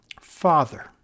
Father